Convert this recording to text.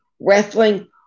wrestling